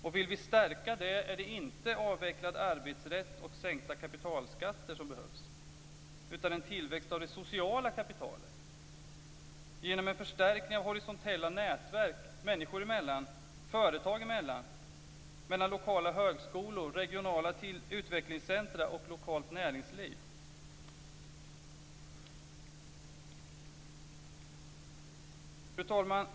Om vi vill stärka det är inte avvecklad arbetsrätt och sänkta kapitalskatter som behövs, utan då behövs det en tillväxt av det sociala kapitalet genom en förstärkning av horisontella nätverk människor emellan, företag emellan samt mellan lokala högskolor, regionala utvecklingscentrum och lokalt näringsliv. Fru talman!